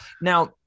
now